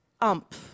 Ump